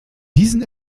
diesen